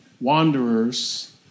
wanderers